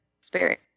spirit